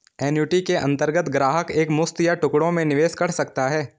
annuity के अंतर्गत ग्राहक एक मुश्त या टुकड़ों में निवेश कर सकता है